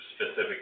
specific